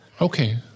okay